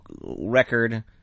record